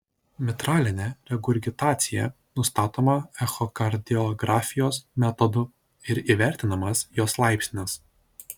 mitralinė regurgitacija nustatoma echokardiografijos metodu ir įvertinamas jos laipsnis